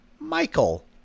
Michael